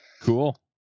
cool